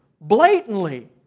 blatantly